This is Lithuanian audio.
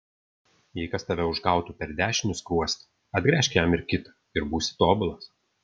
jei kas tave užgautų per dešinį skruostą atgręžk jam ir kitą ir būsi tobulas